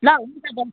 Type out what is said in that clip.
ल हुन्छ बहिनी